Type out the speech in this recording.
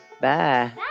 Bye